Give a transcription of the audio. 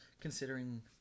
considering –